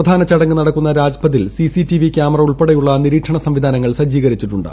പ്രധാന ചടങ്ങ് നടക്കുന്ന രാജ്പഥിൽ സിസിടിവി കൃാമറ ഉൾപ്പെടെയുള്ള നിരീക്ഷണ സംവിധാനങ്ങൾ സജ്ജീകരിച്ചിട്ടുണ്ട്